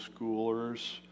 schoolers